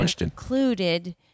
included